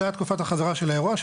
זו הייתה תקופת החזרה של האירוע,